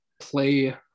play